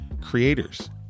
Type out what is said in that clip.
creators